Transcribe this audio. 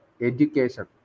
Education